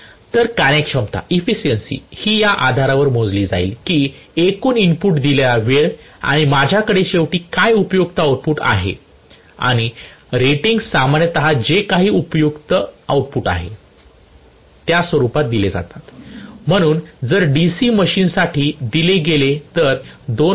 तर कार्यक्षमता हि या आधारवर मोजली जाईल कि एकूण इनपुट दिलेला वेळ आणि माझ्याकडे शेवटी काय उपयुक्त आउटपुट आहे आणि रेटिंग्ज सामान्यत जे काही उपयुक्त आउटपुट आहे त्या स्वरूपात दिले जातात म्हणून जर DC मशीनसाठी दिले गेले तर २